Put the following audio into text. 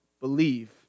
believe